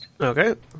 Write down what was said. Okay